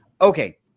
Okay